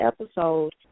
episode